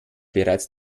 bereits